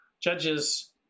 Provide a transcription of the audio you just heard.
judges